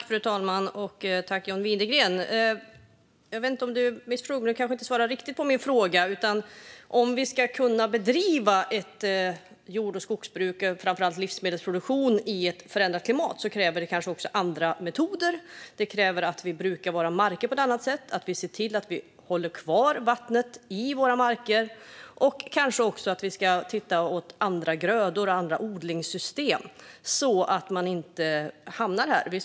Fru talman! Jag vet inte om John Widegren missförstod, men han svarade inte riktigt på min fråga. Om vi ska kunna bedriva jord och skogsbruk, och framför allt livsmedelsproduktion, i ett förändrat klimat krävs andra metoder. Detta kräver att vi brukar våra marker på ett annat sätt och att vi ser till att hålla kvar vattnet i våra marker. Kanske ska vi också titta på andra grödor och andra odlingssystem, så att vi inte hamnar här igen.